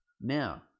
Now